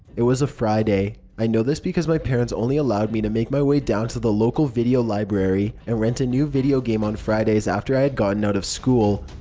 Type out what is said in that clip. it was a friday. i know this because my parents only allowed me to make my way down to the local video library and rent a new video game on fridays after i had gotten out of school.